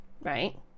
right